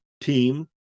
team